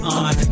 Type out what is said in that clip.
on